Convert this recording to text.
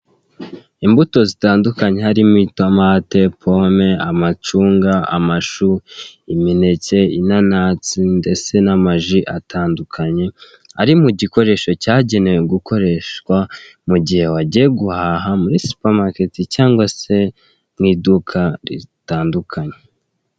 Imbuto zitandukanye harimo itomate, pome,a amacunga, amashu, imineke, inanasi ndetse n'amaji atandukanye ari mu gikoresho cyagenewe gukoreshwa mu gihe wagiye guhaha muri Supermarket cyangwa se mu iduka ritandukanye.